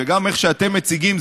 וגם איך שאתם מציגים,